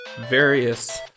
various